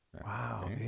Wow